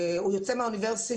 הוא יוצא מהאוניברסיטה,